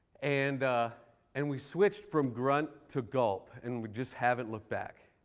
and and we switched from grunt to gulp. and we just haven't looked back.